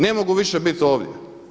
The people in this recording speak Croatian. Ne mogu više biti ovdje.